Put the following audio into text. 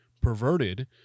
perverted